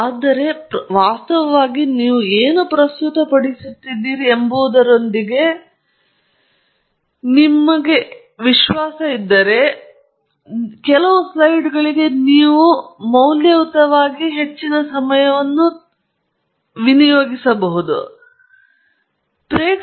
ಆದರೆ ವಾಸ್ತವವಾಗಿ ನೀವು ಏನು ಪ್ರಸ್ತುತಪಡಿಸುತ್ತಿದ್ದೀರಿ ಎಂಬುವುದರೊಂದಿಗೆ ನೀವು ಹೆಚ್ಚಿನ ವಿಶ್ವಾಸವನ್ನು ಪಡೆಯುತ್ತಿದ್ದರೆ ಮತ್ತು ನಿಮ್ಮ ಮೌಲ್ಯದ ಹೆಚ್ಚು ಮೌಲ್ಯಯುತವಾದದ್ದು ಅಂದರೆ ನಿಮ್ಮ ಕೆಲಸದ ನಿರ್ದಿಷ್ಟ ಅಂಶಗಳ ಬಗ್ಗೆ ಹೇಳಲು ಮುಖ್ಯವಾದ ವಿಷಯಗಳು ನಿಮಗೆ ಕಡಿಮೆ ಸಂಖ್ಯೆಯ ಮತ್ತು ಹೆಚ್ಚಿನ ನಿಮಿಷಗಳ ಸ್ಲೈಡ್ಗಳು ನಂತರ ನೀವು ನಿಜವಾಗಿಯೂ ಸ್ಲೈಡ್ನಲ್ಲಿ ಉಳಿಯಬಹುದು ಪ್ರೇಕ್ಷಕರು ಸ್ಲೈಡ್ನಲ್ಲಿರುವದನ್ನು ಹೀರಿಕೊಳ್ಳಲು ಅವಕಾಶ ಮಾಡಿಕೊಡಿ ಸ್ಲೈಡ್ ಅನ್ನು ಹೆಚ್ಚಿನ ವಿವರವಾಗಿ ಚರ್ಚಿಸಿ